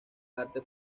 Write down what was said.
arte